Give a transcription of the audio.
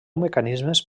mecanismes